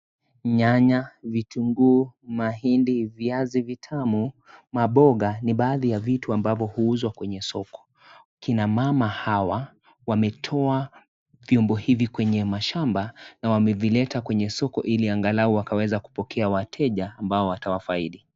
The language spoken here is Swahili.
Nyanya ,vitunguu, mahindi ,vianzi vitamu, mamboga ni baadhi ya vitu ambazo uuzwa kwenye soko, kina mama hawa, wametoa vyombo hivi kwenya mashamba na wamevileta kwenye soko hili angalau wakaweza kupokea wateja ambao watawafaidi.